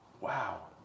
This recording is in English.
Wow